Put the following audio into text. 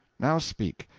now speak,